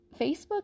facebook